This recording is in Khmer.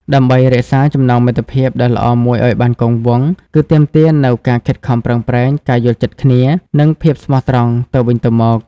ដើម្បីរក្សាចំណងមិត្តភាពដ៏ល្អមួយឱ្យបានគង់វង្ស គឺទាមទារនូវការខិតខំប្រឹងប្រែង ការយល់ចិត្តគ្នា និងភាពស្មោះត្រង់ទៅវិញទៅមក។